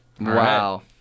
Wow